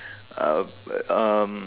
um um